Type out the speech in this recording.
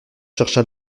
chercha